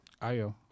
Ayo